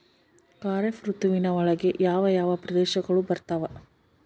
ಖಾರೇಫ್ ಋತುವಿನ ಒಳಗೆ ಯಾವ ಯಾವ ಪ್ರದೇಶಗಳು ಬರ್ತಾವ?